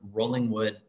Rollingwood